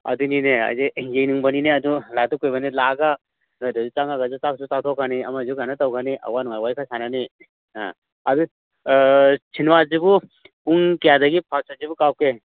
ꯑꯗꯨꯅꯤꯅꯦ ꯍꯧꯖꯤꯛ ꯌꯦꯡꯅꯤꯡꯕꯅꯤꯅꯦ ꯑꯗꯣ ꯂꯥꯛꯇ ꯀꯨꯏꯔꯕꯅꯤꯅ ꯂꯥꯛꯑꯒ ꯅꯣꯏꯗꯁꯨ ꯆꯪꯉꯒꯁꯨ ꯆꯥꯛꯁꯨ ꯆꯥꯊꯣꯛꯀꯅꯤ ꯑꯃꯁꯨ ꯀꯩꯅꯣ ꯇꯧꯒꯅꯤ ꯑꯋꯥ ꯅꯨꯡꯉꯥꯏ ꯋꯥꯔꯤ ꯈꯔ ꯁꯥꯟꯅꯅꯤ ꯑ ꯑꯗꯨ ꯁꯤꯅꯦꯃꯥꯁꯤꯕꯨ ꯄꯨꯡ ꯀꯌꯥꯗꯒꯤ ꯐꯥꯔꯁ ꯁꯣꯁꯤꯕꯨ ꯀꯥꯞꯀꯦ